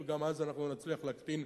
גם אז אנחנו נצליח להקטין,